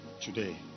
today